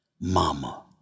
Mama